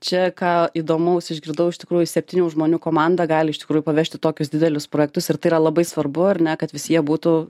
čia ką įdomaus išgirdau iš tikrųjų septynių žmonių komanda gali iš tikrųjų pavežti tokius didelius projektus ir tai yra labai svarbu ar ne kad visi jie būtų